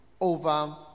over